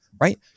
Right